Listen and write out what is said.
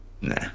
Nah